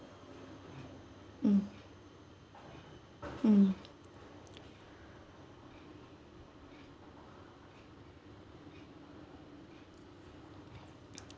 mm mm